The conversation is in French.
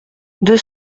deux